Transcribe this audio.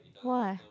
why